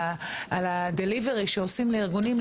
על ה-delivery שעושים לארגונים,